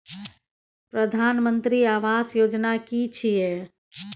प्रधानमंत्री आवास योजना कि छिए?